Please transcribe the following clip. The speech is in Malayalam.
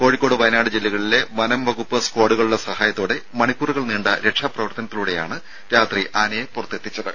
കോഴിക്കോട് വയനാട് ജില്ലകളിലെ വനംവകുപ്പ് സ്ക്വാഡുകളുടെ സഹായത്തോടെ മണിക്കൂറുകൾ നീണ്ട രക്ഷാപ്രവർത്തനത്തിലൂടെയാണ് രാത്രി ആനയെ പുറത്തെത്തിച്ചത്